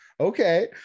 Okay